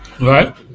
right